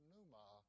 Numa